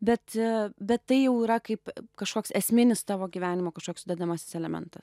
bet a bet tai jau yra kaip kažkoks esminis tavo gyvenimo kažkoks sudedamasis elementas